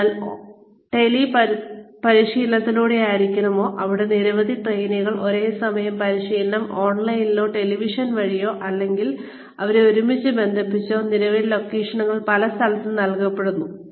അതിനാൽ അത് ടെലി പരിശീലനത്തിലൂടെ ആയിരിക്കുമോ അതിലൂടെ നിരവധി ട്രെയിനികൾക്ക് ഒരേ സമയം ഓൺലൈനിലോ ടെലിവിഷൻ വഴിയോ അല്ലെങ്കിൽ പല ലൊക്കേഷനുകളിൽ പല സ്ഥലങ്ങളിൽ ഇരുന്ന് അവരെ ഒരുമിച്ചു ബന്ധിപ്പിച്ചോ പരിശീലനം നൽകപ്പെടുന്നു